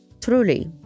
truly